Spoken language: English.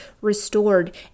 restored